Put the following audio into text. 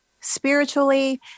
spiritually